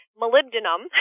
molybdenum